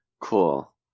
Cool